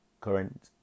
current